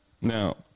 Now